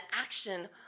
action